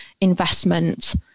investment